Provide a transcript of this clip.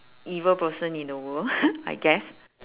evil person in the world I guess